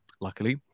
luckily